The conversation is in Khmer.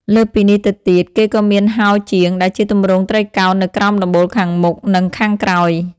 លើសពីនេះទៅទៀត គេក៏មានហោជាង ដែលជាទម្រង់ត្រីកោណនៅក្រោមដំបូលខាងមុខ និងខាងក្រោយ។